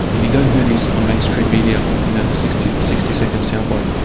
you don't do this on mainstream media in a sixty sixty second soundbite.